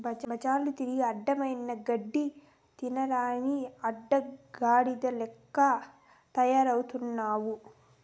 బజార్ల తిరిగి అడ్డమైన గడ్డి తినమరిగి అడ్డగాడిద లెక్క తయారవుతున్నావు